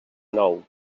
nou